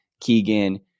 Keegan